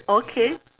okay